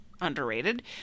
Underrated